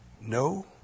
No